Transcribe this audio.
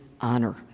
honor